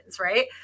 right